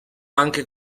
anche